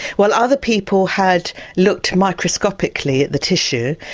well other people had looked microscopically at the tissue,